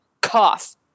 cough